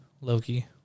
Loki